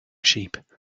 sheep